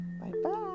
Bye-bye